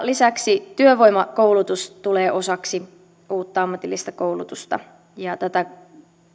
lisäksi työvoimakoulutus tulee osaksi uutta ammatillista koulutusta tätä